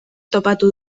topatu